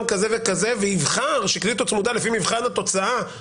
כזה וכזה ויבחר שקלית או צמודה לפי מבחן התוצאה?